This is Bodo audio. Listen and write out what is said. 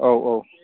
औ औ